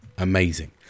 amazing